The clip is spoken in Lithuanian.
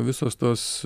visos tos